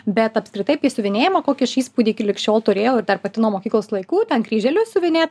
bet apskritai apie siuvinėjimą kokį aš įspūdį lig šiol turėjau ir dar pati nuo mokyklos laikų ten kryželiu siuvinėt